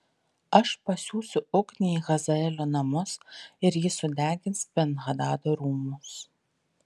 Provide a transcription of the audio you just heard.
aš pasiųsiu ugnį į hazaelio namus ir ji sudegins ben hadado rūmus